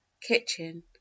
kitchen